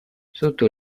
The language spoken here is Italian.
sotto